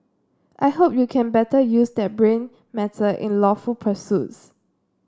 I hope you can better use that brain matter in lawful pursuits